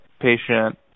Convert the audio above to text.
patient